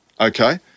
okay